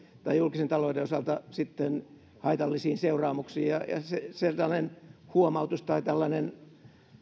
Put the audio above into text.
tai julkisen talouden osalta sitten haitallisiin seuraamuksiin ja senkaltainen huomautus tai tällainen